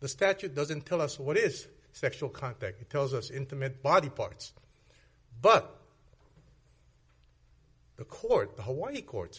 the statute doesn't tell us what is sexual contact it tells us intimate body parts but the court the hawaii courts